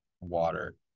water